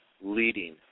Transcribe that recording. leading